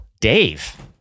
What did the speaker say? Dave